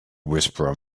whisperer